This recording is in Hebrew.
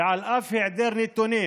ועל אף היעדר נתונים